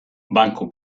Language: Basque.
banku